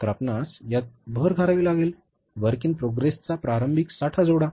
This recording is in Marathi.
तर आपणास यात भर घालावी लागेल work in progress चा प्रारंभिक साठा जोडा